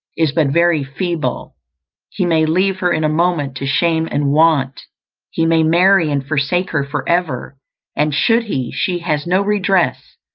is but very feeble he may leave her in a moment to shame and want he may marry and forsake her for ever and should he, she has no redress,